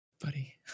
buddy